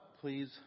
please